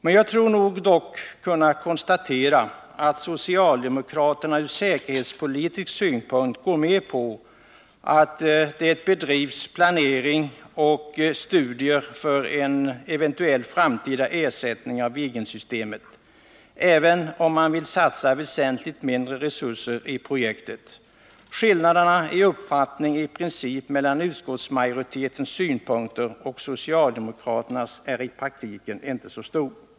Men jag tror mig dock kunna konstatera att socialdemokraterna från säkerhetspolitisk synpunkt går med på att det bedrivs planering och studier för en eventuell framtida ersättning av Viggensystemet, även om man vill satsa väsentligt mindre resurser i projektet. Skillnaderna i den principiella uppfattningen mellan utskottsmajoriteten och socialdemokraterna är i praktiken inte så stora.